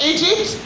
Egypt